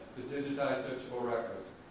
to digitize searchable records,